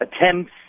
attempts